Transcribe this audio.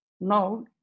now